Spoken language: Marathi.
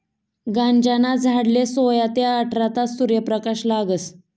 गांजाना झाडले सोया ते आठरा तास सूर्यप्रकाश लागस